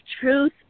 truth